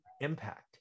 impact